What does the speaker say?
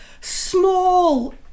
small